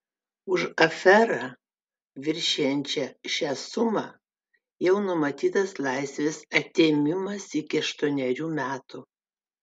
už aferą viršijančią šią sumą jau numatytas laisvės atėmimas iki aštuonerių metų